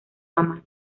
ama